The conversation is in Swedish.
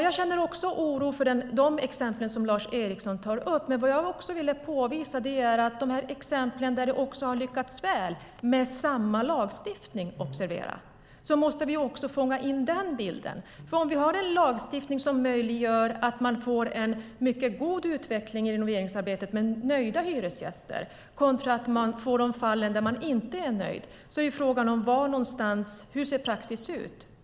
Jag känner också oro för de exempel som Lars Eriksson tar upp, men jag ville också visa på de exempel där det har lyckats väl - med samma lagstiftning, observera. Den bilden måste vi också fånga in. Om vi har en lagstiftning som möjliggör en god utveckling i renoveringsarbetet med nöjda hyresgäster kontra de fall där man inte är nöjd är frågan hur praxis ser ut.